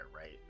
right